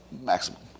maximum